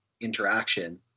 interaction